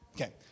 Okay